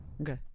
Okay